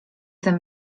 ten